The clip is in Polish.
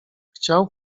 chciał